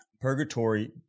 Purgatory